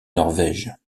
norvège